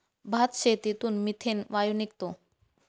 भातशेतीतून मिथेन वायू निघतो